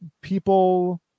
people